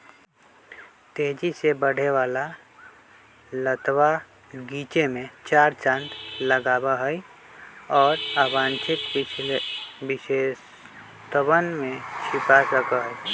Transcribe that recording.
तेजी से बढ़े वाला लतवा गीचे में चार चांद लगावा हई, और अवांछित विशेषतवन के छिपा सका हई